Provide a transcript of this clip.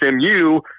SMU